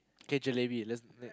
okay jalebi let's